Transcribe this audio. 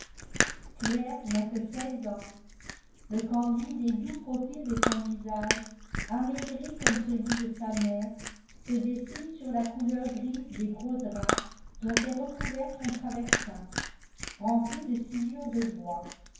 claire n'a que seize ans le candide et doux profil de son visage amaigri comme celui de sa mère se dessine sur la couleur grise des gros draps dont est recouvert son traversin rempli de sciure de bois